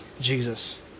Jesus